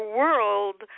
world